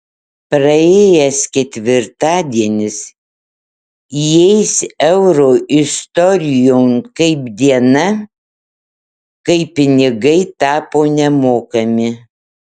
praėjęs ketvirtadienis įeis euro istorijon kaip diena kai pinigai tapo nemokami